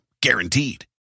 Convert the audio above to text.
Guaranteed